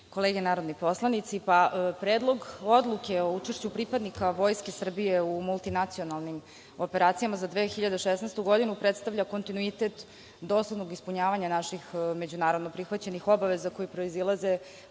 kolege narodni poslanici, Predlog odluke o učešću pripadnika Vojske Srbije u multinacionalnim operacijama za 2016. godinu predstavlja kontinuitet doslovnog ispunjavanja naših međunarodno prihvaćenih obaveza koje proizilaze